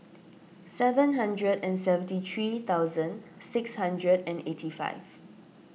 seven hundred and seventy three thousand six hundred and eighty five